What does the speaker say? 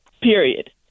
period